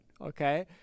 Okay